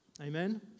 Amen